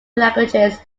languages